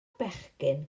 bechgyn